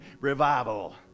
revival